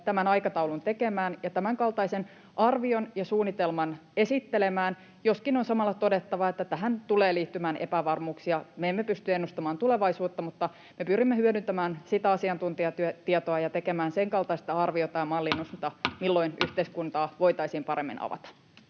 tämän aikataulun tekemään ja tämänkaltaisen arvion ja suunnitelman esittelemään, joskin on samalla todettava, että tähän tulee liittymään epävarmuuksia. Me emme pysty ennustamaan tulevaisuutta, mutta me pyrimme hyödyntämään sitä asiantuntijatietoa ja tekemään senkaltaista arviota ja mallinnosta, milloin yhteiskuntaa voitaisiin paremmin avata.